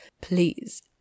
please